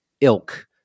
ilk